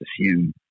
assume